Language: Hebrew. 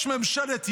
יש ממשלת ימין,